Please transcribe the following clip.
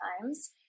times